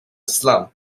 slump